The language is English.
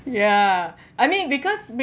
ya I mean because